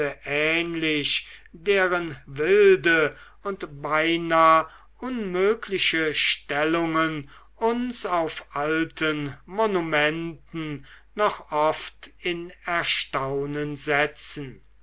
ähnlich deren wilde und beinah unmögliche stellungen uns auf alten monumenten noch oft in erstaunen setzen